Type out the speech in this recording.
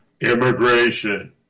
Immigration